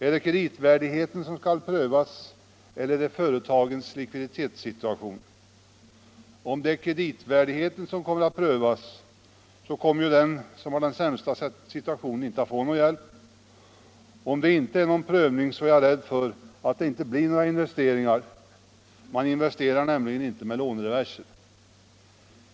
Är det kreditvärdigheten som skall prövas eller är det företagens likviditetssituation? Om det är kreditvärdigheten som skall prövas, så kommer ju den som har den sämsta situationen inte att få någon hjälp, och om det inte görs någon prövning är jag rädd för att det inte blir några investeringar. Man investerar nämligen inte med lånereverser.